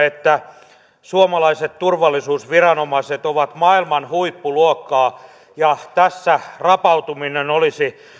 että suomalaiset turvallisuusviranomaiset ovat maailman huippuluokkaa niin kuin kaikki tiedämme ja tässä rapautuminen olisi